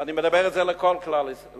ואני מדבר על כל הכלל,